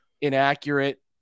inaccurate